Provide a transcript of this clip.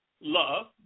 love